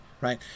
right